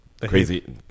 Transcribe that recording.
Crazy